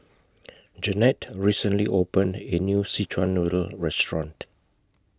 Jeannette recently opened A New Szechuan Noodle Restaurant